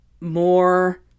more